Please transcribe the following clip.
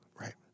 Right